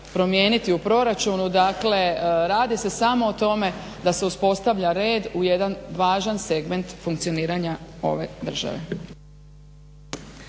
promijeniti u proračunu dakle radi se samo o tome da se uspostavlja red u jedan važan segment funkcioniranja ove države.